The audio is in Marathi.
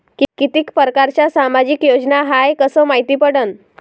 कितीक परकारच्या सामाजिक योजना हाय कस मायती पडन?